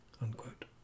unquote